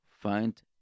Find